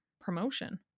promotion